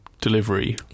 delivery